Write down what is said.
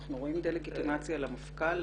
אנחנו רואים דה-לגיטימציה למפכ"ל,